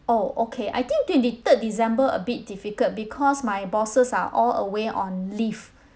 oh okay I think twenty third december a bit difficult because my bosses are all away on leave